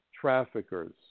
traffickers